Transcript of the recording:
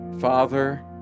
Father